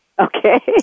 Okay